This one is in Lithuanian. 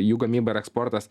jų gamyba ir eksportas